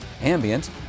ambient